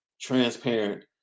transparent